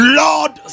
lord